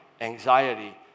Anxiety